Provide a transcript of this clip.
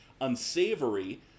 unsavory